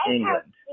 England